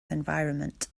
environment